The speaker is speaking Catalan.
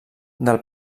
del